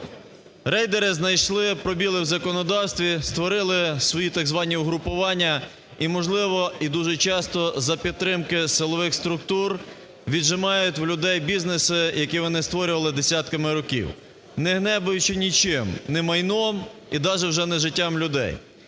Рейдери знайшли пробіли в законодавстві, створили свої так звані угрупування, і, можливо, і дуже часто за підтримки силових структур віджимають у людей бізнеси, які вони створювали десятками років, не гребуючи нічим – ні майном і даже вже ні життям людей.